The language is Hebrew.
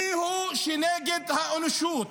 מי נגד האנושות?